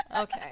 Okay